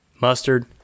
mustard